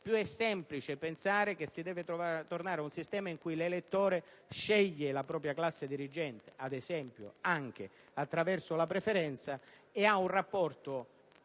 più è semplice pensare che si deve tornare ad un sistema in cui l'elettore sceglie la propria classe dirigente, ad esempio, anche attraverso la preferenza, per cui ha un rapporto